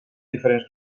diferents